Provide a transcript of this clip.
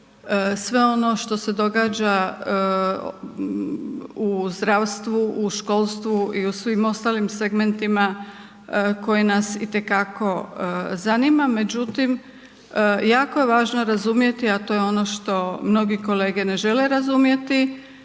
sve ono što se događa u zdravstvu, u školstvu i u svim ostalim segmentima koji nas i te kako zanima, međutim jako je važno razumjeti, a to je ono što mnogi kolege ne žele razumjeti